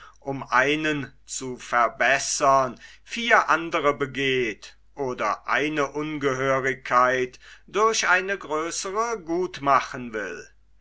um einen zu verbessern vier andere begeht oder eine ungehörigkeit durch eine größere gut machen will